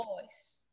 voice